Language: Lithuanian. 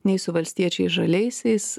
nei su valstiečiais žaliaisiais